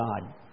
God